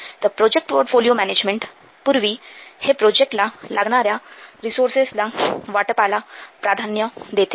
तर project portfolio management पूर्वी हे प्रोजेक्टला लागणाऱ्या रिसोर्सेसच्या वाटपाला प्राधान्य देते